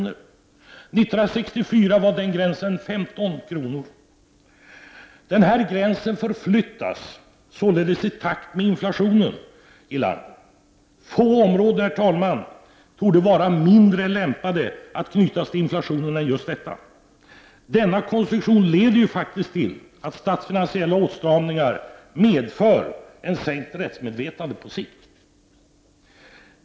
År 1964 var denna gräns 15 kr. Gränsen förflyttas således i takt med inflationen i landet. Få områden torde, herr talman, vara mindre lämpade att knytas an till inflationen än just detta. Denna konstruktion leder ju faktiskt till att statsfinansiella åtstramningar medför ett sänkt rättsmedvetande på sikt.